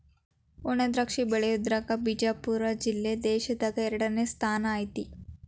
ವಣಾದ್ರಾಕ್ಷಿ ಬೆಳಿಯುದ್ರಾಗ ಬಿಜಾಪುರ ಜಿಲ್ಲೆ ದೇಶದಾಗ ಎರಡನೇ ಸ್ಥಾನ ಐತಿ